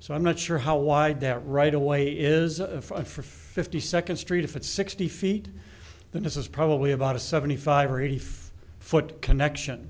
so i'm not sure how wide that right away is for fifty second street if it's sixty feet but this is probably about a seventy five or eighty five foot connection